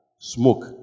smoke